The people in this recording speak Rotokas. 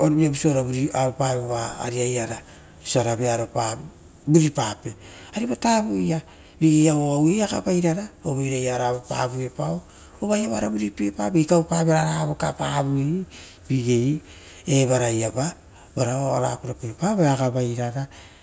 ora awepavo vova rioara vearo vuripape ivo tavula vigei uaia pogarapai rara ova auepavierao uva evara vuripie papeira ikaupavira rara avukapavoi evara iava vara ora purapiepavera voea agavairara.